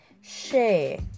share